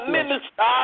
Minister